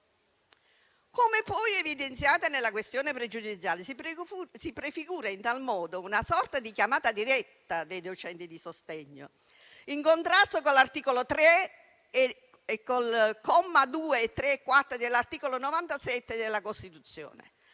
Come poi evidenziato nella questione pregiudiziale, si prefigura in tal modo una sorta di chiamata diretta dei docenti di sostegno in contrasto con l'articolo 3 e i commi 2, 3 e 4, dell'articolo 97 della Costituzione,